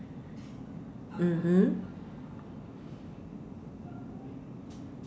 mmhmm